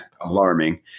alarming